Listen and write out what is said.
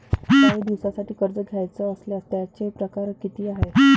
कायी दिसांसाठी कर्ज घ्याचं असल्यास त्यायचे परकार किती हाय?